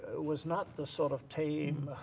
was not the sort of tame.